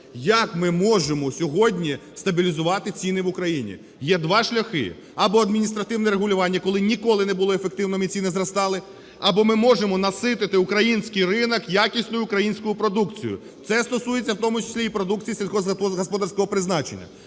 Як ми можемо сьогодні стабілізувати ціни в Україні? Є два шляхи: або адміністративне регулювання, ніколи не було ефективним і ціни зростали, або ми можемо наситити український ринок якісною українською продукцією, це стосується в тому числі і продукції сільськогосподарського призначення.